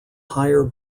higher